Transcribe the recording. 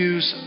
Use